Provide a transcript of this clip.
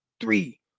three